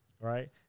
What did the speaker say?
right